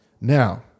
Now